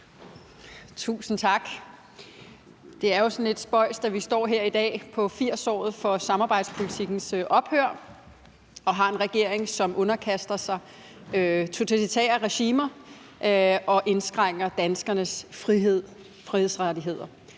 Tusind tak. Det er jo sådan lidt spøjst, at vi står her i dag i 80-året for samarbejdspolitikkens ophør og har en regering, som underkaster sig totalitære regimer og indskrænker danskernes frihedsrettigheder.